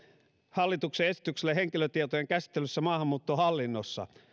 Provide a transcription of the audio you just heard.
hallituksen esitykselle henkilötietojen käsittelystä maahanmuuttohallinnossa